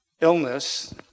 illness